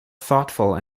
thoughtful